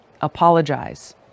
Apologize